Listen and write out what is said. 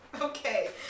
Okay